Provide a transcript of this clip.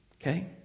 okay